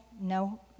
no